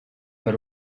per